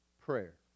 prayer